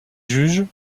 juges